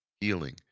healing